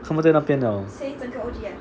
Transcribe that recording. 他们在那边 liao